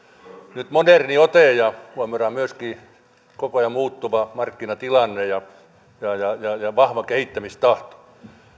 nyt moderni ote ja huomioidaan myöskin koko ajan muuttuva markkinatilanne ja on vahva kehittämistahto